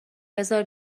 بزار